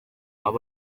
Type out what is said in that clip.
cyane